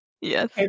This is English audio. Yes